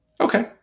Okay